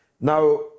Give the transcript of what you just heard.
Now